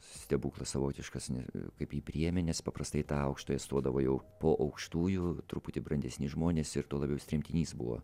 stebuklas savotiškas ne kaip į priemenes paprastai tą aukštąją stodavo jau po aukštųjų truputį brandesni žmonės ir tuo labiau jis tremtinys buvo